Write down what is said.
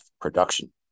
production